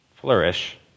flourish